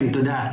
כן, תודה.